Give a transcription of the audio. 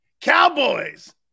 Cowboys